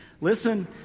Listen